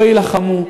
לא יילחמו.